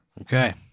Okay